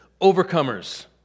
overcomers